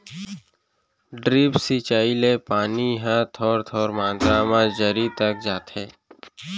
drip सिंचई ले पानी ह थोर थोर मातरा म जरी तक जाथे